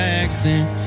accent